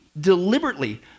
deliberately